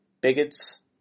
bigots